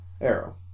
Arrow